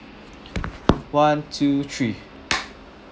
one two three